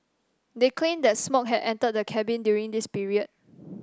they claimed that smoke had entered the cabin during this period